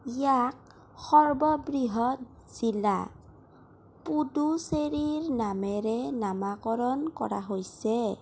ইয়াক সৰ্ববৃহৎ জিলা পুডুচেৰীৰ নামেৰে নামাকৰণ কৰা হৈছে